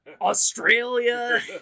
Australia